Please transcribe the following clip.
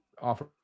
offer